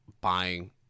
buying